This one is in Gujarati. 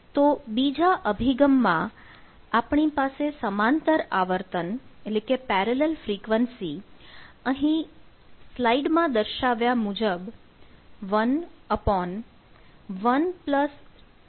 તો બીજા અભિગમમાં આપણી પાસે સમાંતર આવર્તન અહીં slide માં દર્શાવ્યા મુજબ 112pnf મુજબ મળશે